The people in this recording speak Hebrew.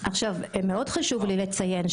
חשוב לי לציין,